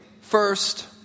First